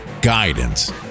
guidance